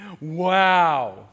Wow